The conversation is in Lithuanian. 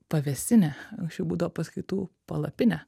pavėsinė anksčiau būdavo paskaitų palapinė